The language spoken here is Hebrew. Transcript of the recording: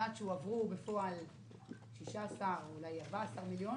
בפועל הועברו 14 או 16 מיליון